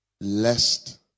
Lest